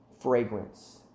fragrance